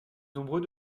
nombreux